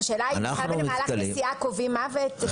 השאלה היא מתי במהלך הנסיעה קובעים מוות?